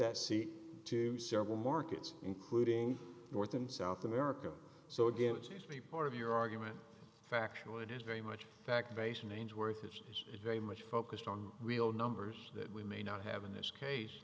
that sea to several markets including north and south america so again it's a part of your argument factual it is very much fact based an angel worth which is very much focused on real numbers that we may not have in this case